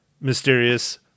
Mysterious